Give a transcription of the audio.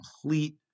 complete